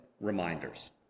reminders